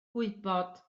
gwybod